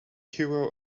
hero